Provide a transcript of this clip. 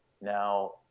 Now